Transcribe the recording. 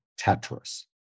Tetris